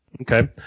Okay